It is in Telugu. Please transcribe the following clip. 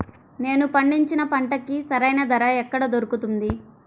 నేను పండించిన పంటకి సరైన ధర ఎక్కడ దొరుకుతుంది?